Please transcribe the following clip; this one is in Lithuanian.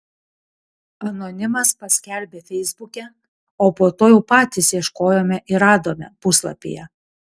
anonimas paskelbė feisbuke o po to jau patys ieškojome ir radome puslapyje